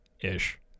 Ish